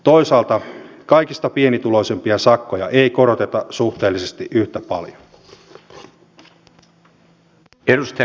toisaalta kaikista pienituloisimpien sakkoja ei koroteta suhteellisesti yhtä paljon